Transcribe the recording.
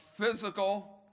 physical